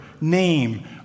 name